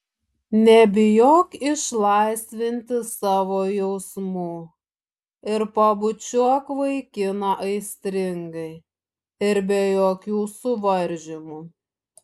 nebijok išlaisvinti savo jausmų ir pabučiuok vaikiną aistringai ir be jokių suvaržymų